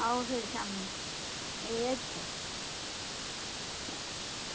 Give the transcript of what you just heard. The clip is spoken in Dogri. एह् आओ फिर चलगे ते प्राईवेट गै दस्सी लैगे कट्ठे होइयै एह् आओ फिर शामीं एह् अच्छा